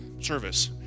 service